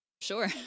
Sure